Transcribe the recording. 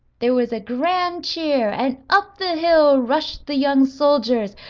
there was a grand cheer and up the hill rushed the young soldiers,